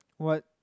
what